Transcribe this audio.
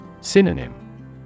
Synonym